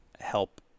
help